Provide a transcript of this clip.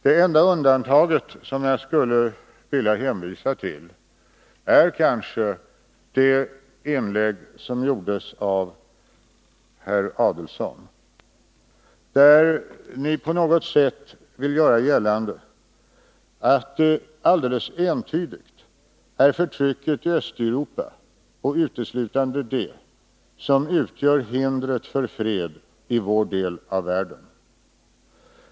Det enda undantaget som jag skulle vilja hänvisa till är det inlägg som gjordes av herr Adelsohn. Han vill på något sätt göra gällande att det alldeles entydigt är förtrycket i Östeuropa och uteslutande det som utgör hindret för fred i vår del av världen.